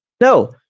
no